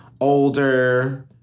older